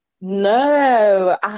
no